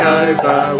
over